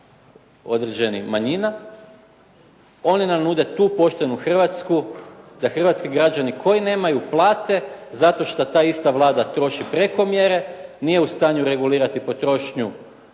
određenih manjina. Oni nam nude tu poštenu Hrvatsku da hrvatski građani koji nemaju plate zato što ta ista Vlada troši preko mjere, nije u stanju regulirati potrošnju